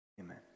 amen